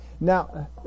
Now